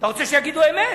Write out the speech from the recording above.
אתה רוצה שיגידו אמת.